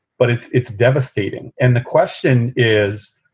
but it's it's devastating. and the question is,